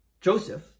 Joseph